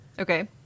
Okay